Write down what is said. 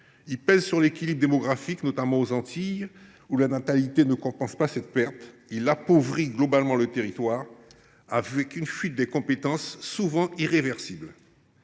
pèse sur l’équilibre démographique, notamment aux Antilles, où la natalité ne compense pas cette perte. Il appauvrit globalement le territoire, avec une fuite des compétences souvent irréversible.